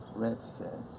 reds thin,